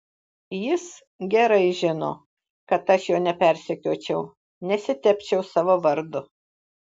jis gerai žino kad aš jo nepersekiočiau nesitepčiau savo vardo